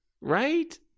right